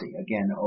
Again